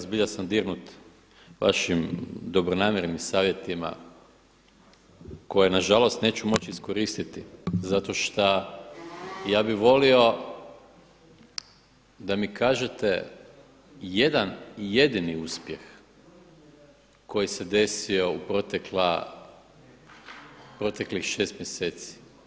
Zbilja sam dirnut vašim dobronamjernim savjetima koje nažalost neću moći iskoristiti zato šta ja bih volio da mi kažete jedan jedini uspjeh koji se desio u proteklih 6 mjeseci.